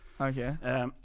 Okay